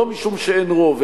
לא משום שאין רוב,